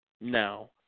No